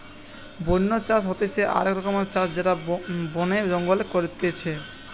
বন্য চাষ হতিছে আক রকমকার চাষ ব্যবস্থা যেটা বনে জঙ্গলে করতিছে